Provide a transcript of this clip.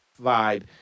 vibe